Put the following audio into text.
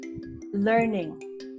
learning